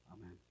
Amen